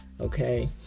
Okay